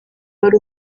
wari